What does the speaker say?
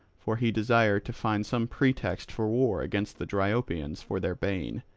for he desired to find some pretext for war against the dryopians for their bane,